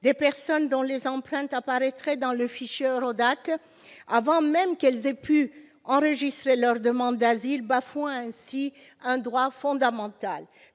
des personnes dont les empreintes apparaîtraient dans le fichier EURODAC avant même qu'elles n'aient pu enregistrer leur demande d'asile, bafouant ainsi un droit fondamental.